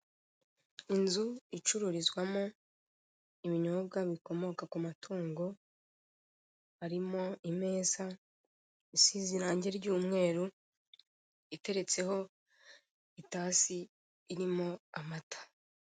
Inzu icururizwamo ibinyobwa bikomoka ku matungo harimo imeza isize irange ry'umweru iteretseho itasi ririmo amata.